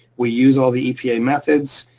we use all the epa methods,